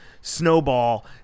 snowball